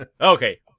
Okay